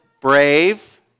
brave